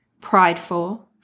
prideful